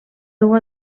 dur